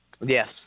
Yes